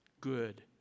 good